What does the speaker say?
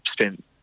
spent